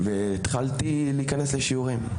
והתחלתי להיכנס לשיעורים.